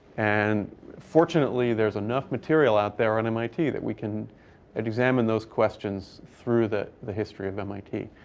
and fortunately, there's enough material out there on mit that we can examine those questions through the the history of mit.